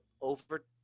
over